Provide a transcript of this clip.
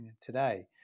today